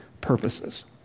purposes